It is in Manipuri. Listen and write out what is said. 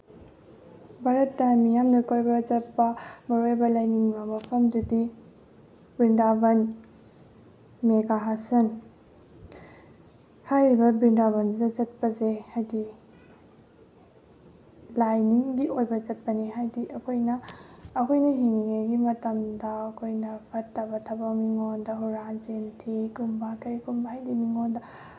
ꯚꯥꯔꯠꯇ ꯃꯤꯌꯥꯝꯅ ꯀꯣꯏꯕ ꯆꯠꯄ ꯃꯔꯨꯑꯣꯏꯕ ꯂꯥꯏꯅꯤꯡꯕ ꯃꯐꯝꯗꯨꯗꯤ ꯕ꯭ꯔꯤꯟꯗꯥꯕꯟ ꯃꯦꯒꯥꯍꯥꯁꯟ ꯍꯥꯏꯔꯤꯕ ꯕ꯭ꯔꯤꯟꯗꯥꯕꯟꯁꯤꯗ ꯆꯠꯄꯁꯦ ꯍꯥꯏꯗꯤ ꯂꯥꯏꯅꯤꯡꯒꯤ ꯑꯣꯏꯕ ꯆꯠꯄꯅꯤ ꯍꯥꯏꯕꯗꯤ ꯑꯩꯈꯣꯏꯅ ꯑꯩꯈꯣꯏꯅ ꯍꯤꯡꯉꯤꯉꯩꯒꯤ ꯃꯇꯝꯗ ꯑꯩꯈꯣꯏꯅ ꯐꯠꯇꯕ ꯊꯕꯛ ꯃꯤꯉꯣꯟꯗ ꯍꯨꯔꯥꯟ ꯆꯤꯟꯊꯤꯒꯨꯝꯕ ꯀꯔꯤꯒꯨꯝꯕ ꯍꯥꯏꯗꯤ ꯃꯤꯉꯣꯟꯗ